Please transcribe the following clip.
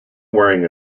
wearing